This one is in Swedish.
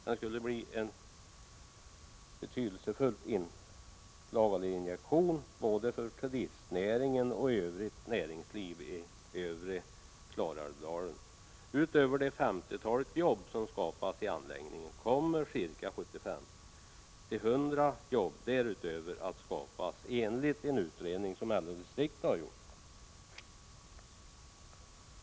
Den skulle bli en betydelsefull injektion både för turistnäringen och för övrigt näringsliv i övre Klarälvsdalen. Utöver det femtiotal jobb som skapas i anläggningen kommer 75 å 100 jobb att skapas enligt en utredning som LO-distriktet gjort.